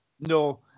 no